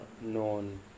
known